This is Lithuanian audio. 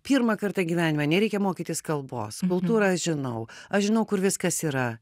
pirmą kartą gyvenime nereikia mokytis kalbos kultūrą aš žinau aš žinau kur viskas yra